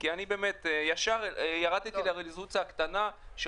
כי אני ישר ירדתי לרזולוציה הקטנה של